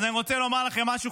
אז אני רוצה לומר לכם משהו,